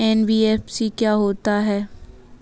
NBFC क्या होता है?